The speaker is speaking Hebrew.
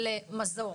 של מזור,